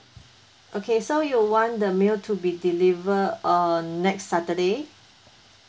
okay so you want the meal to be delivered uh next saturday